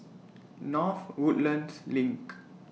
North Woodlands LINK